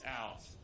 out